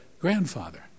grandfather